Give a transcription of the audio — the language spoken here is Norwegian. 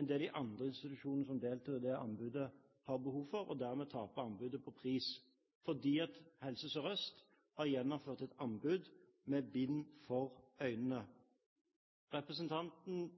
enn det de andre institusjonene som deltok i det anbudet, har behov for, og dermed taper anbudet på pris, fordi Helse Sør-Øst har gjennomført et anbud med bind for øynene. Representantene